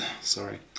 sorry